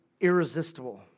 irresistible